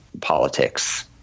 politics